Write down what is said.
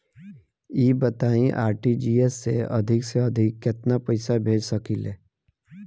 ई बताईं आर.टी.जी.एस से अधिक से अधिक केतना पइसा भेज सकिले?